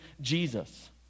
Jesus